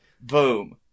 Boom